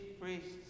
priests